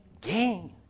gain